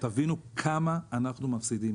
תבינו כמה אנחנו מפסידים